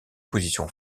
position